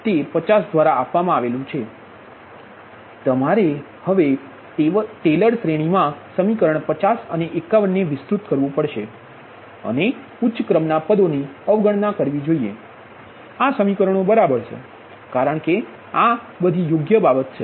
તેથી તમારે હવે ટેલર શ્રેણીમાં સમીકરણ 50 અને 51 ને વિસ્તૃત કરવું પડશે અને ઉચ્ચક્રમના પદો ની અવગણના કરવી જોઈએ આ સમીકરણો બરાબર છે કારણ કે આ બધી બાબતો યોગ્ય છે